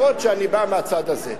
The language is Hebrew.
אפילו שאני בא מהצד הזה.